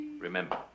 Remember